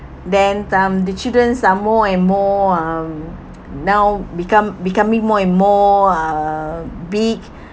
then um the children are more and more um now become becoming more and more uh big